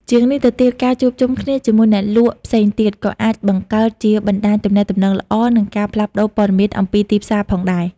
ជាងនេះទៅទៀត ការជួបជុំគ្នាជាមួយអ្នកលក់ផ្សេងទៀតក៏អាចបង្កើតជាបណ្តាញទំនាក់ទំនងល្អ និងការផ្លាស់ប្តូរព័ត៌មានអំពីទីផ្សារផងដែរ។